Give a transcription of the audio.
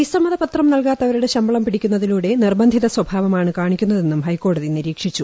വിസ്റ്റമ്മതപത്രം നൽകാത്തവരുടെ ശമ്പളം പിടിക്കുന്നതിലൂടെ നിർബന്ധിത സ്വഭാവമാണ് കാണിക്കുന്നതെന്നും ഹൈക്കോടതി നിരീക്ഷിച്ചു